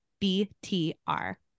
B-T-R